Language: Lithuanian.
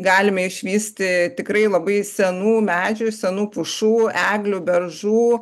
galime išvysti tikrai labai senų medžių senų pušų eglių beržų